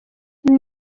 ibi